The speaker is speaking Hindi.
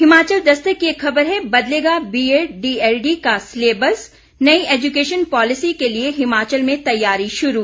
हिमाचल दस्तक की एक खबर है बदलेगा बीएड डीएलडी का सिलेबस नई एजुकेशन पॉलिसी के लिए हिमाचल में तैयारी शुरू